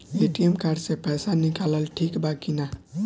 ATM card से पईसा निकालल ठीक बा की ना?